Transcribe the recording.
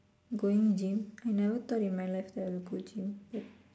going gym I never thought in my life that I would go gym